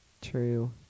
True